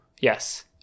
yes